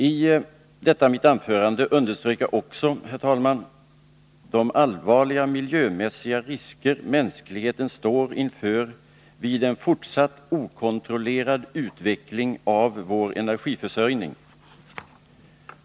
I detta mitt anförande underströk jag också, herr talman, de allvarliga miljömässiga risker mänskligheten står inför vid en fortsatt okontrollerad utveckling av vår energiförsörjning.